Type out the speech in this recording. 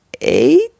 eight